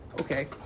Okay